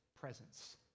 presence